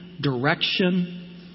direction